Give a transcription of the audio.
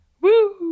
Woo